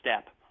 step